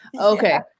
Okay